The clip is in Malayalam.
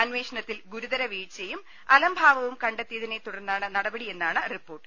അന്വേഷണത്തിൽ ഗുരുതര വീഴ്ചയും അലംഭാവവും കണ്ടെത്തിയതിനെ തുടർന്നാണ് നടപടിയെന്നാണ് റിപ്പോർട്ട്